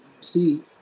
see